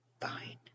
Fine